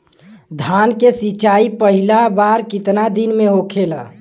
धान के सिचाई पहिला बार कितना दिन पे होखेला?